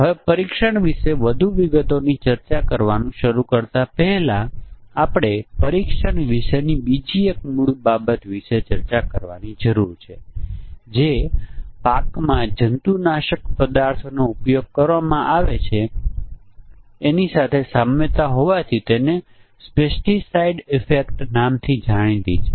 હવે પછીનાં પગલામાં આપણે ત્રીજો પેરામીટર લઈએ છીએ અને આપણે એક પછી એક QWERTY 12 કી QWERTY 12 કી લખીશું અને પછી આપણે અહીં વધુ ચલો ઉમેરી શકીએ છીએ